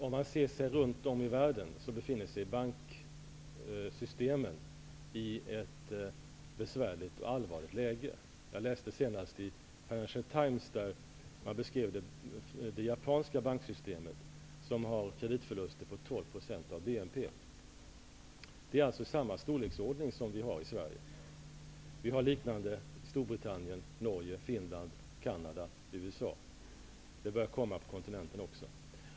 Om man ser sig om i världen, visar det sig att banksystemen befinner sig i ett besvärligt och allvarligt läge. Jag läste senast i Financial Times en beskrivning av det japanska banksystemet, där man har kreditförluster på 12 % av BNP. Det är samma storleksordning som i Sverige. Det är liknande i Det börjar komma på kontinenten också.